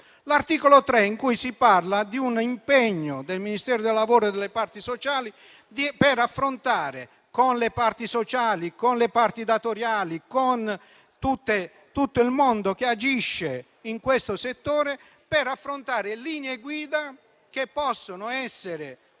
l'articolo 3, in cui si parla di un impegno del Ministero del lavoro e delle parti sociali per affrontare con le parti sociali e datoriali, con tutto il mondo che agisce nel settore, linee guida che possano essere